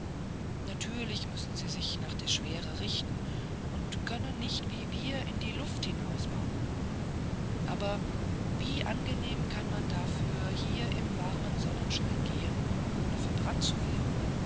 natürlich müssen sie sich nach der schwere richten und können nicht wie wir in die luft hinausbauen aber wie angenehm kann man dafür hier im warmen sonnenschein gehen ohne verbrannt zu werden